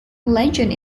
legend